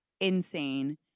insane